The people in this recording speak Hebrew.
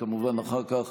וכמובן אחר כך